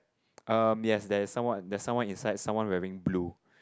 um yes there is someone there is someone inside someone wearing blue